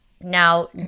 Now